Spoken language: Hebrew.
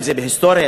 אם בהיסטוריה,